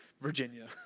Virginia